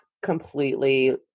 completely